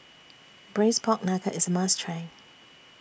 Braised Pork Knuckle IS A must Try